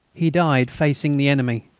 he died facing the enemy,